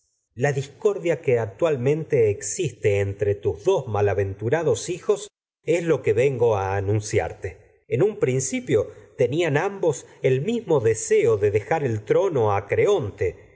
la discordia que existe entre dos malaventurados hijos lo que vengo a anunciarte en un de principio tenían ambos el a mismo deseo dejar el trono creonte y